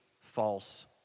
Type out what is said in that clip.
false